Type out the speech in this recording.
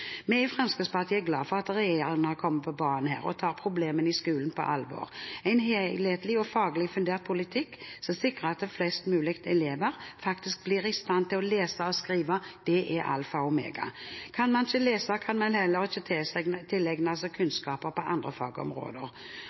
i Fremskrittspartiet er glade for at regjeringen har kommet på banen og tar problemene i skolen på alvor. En helhetlig og faglig fundert politikk som sikrer at flest mulig elever faktisk blir i stand til å lese og skrive, er alfa og omega. Kan man ikke lese, kan man heller ikke tilegne seg kunnskaper på andre fagområder.